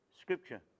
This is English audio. scripture